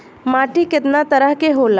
माटी केतना तरह के होला?